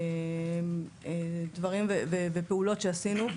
דברים ופעולות שעשינו.